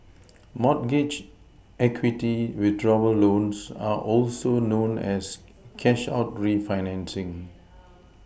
mortgage equity withdrawal loans are also known as cash out refinancing